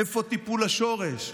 איפה טיפול השורש?